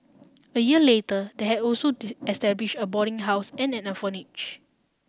a year later they had also established a boarding house and an orphanage